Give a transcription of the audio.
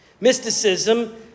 mysticism